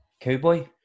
Cowboy